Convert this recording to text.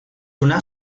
una